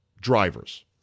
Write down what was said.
drivers